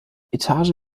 etage